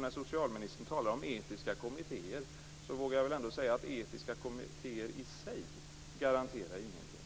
När socialministern talar om etiska kommittéer vågar jag väl ändå säga att etiska kommittéer i sig inte garanterar någonting,